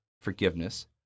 forgiveness